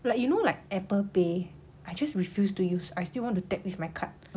like you know like apple pay I just refuse to use I still want to tap with my card